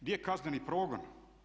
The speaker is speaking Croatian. Gdje je kazneni progon?